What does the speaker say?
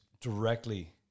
directly